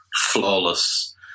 flawless